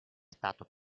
stato